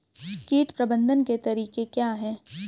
कीट प्रबंधन के तरीके क्या हैं?